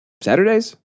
Saturdays